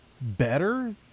better